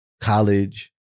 college